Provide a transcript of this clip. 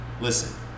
listen